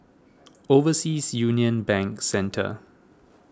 Overseas Union Bank Centre